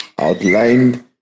outlined